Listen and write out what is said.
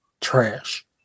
trash